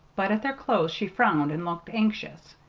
but at their close she frowned and looked anxious.